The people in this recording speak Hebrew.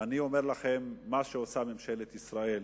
אני אומר לכם, מה שעושה ממשלת ישראל